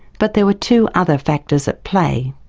but there were two other factors at play.